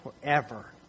Forever